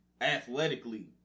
athletically